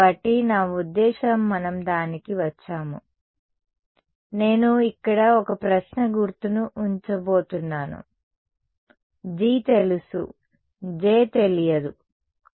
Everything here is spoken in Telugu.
కాబట్టి నా ఉద్దేశ్యం మనం దానికి వచ్చాము కాబట్టి నేను ఇక్కడ ఒక ప్రశ్న గుర్తును ఉంచబోతున్నాను G తెలుసు J తెలియదు సరే